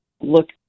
look